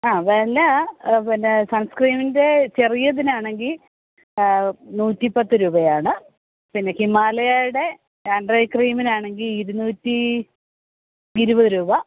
ആ വില ആ പിന്നെ സൺസ്ക്രീമിൻ്റെ ചെറിയതിനാണെങ്കിൽ നൂറ്റിപ്പത്ത് രൂപയാണ് പിന്നെ ഹിമാലയയുടെ ആൻഡ്രെ ക്രീമിനാണെങ്കിൽ ഇരുന്നൂറ്റി ഇരുപത് രൂപ